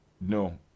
No